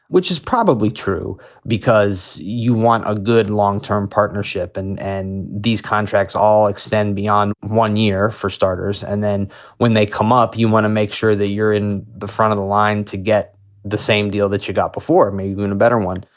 which is probably true because you want a good long-term partnership and and. these contracts all extend beyond one year, for starters. and then when they come up, you want to make sure that you're in the front of the line to get the same deal that you got before, maybe and a better one.